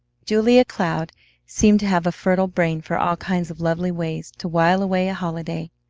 julia cloud seemed to have a fertile brain for all kinds of lovely ways to while away a holiday.